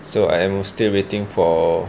so I am still waiting for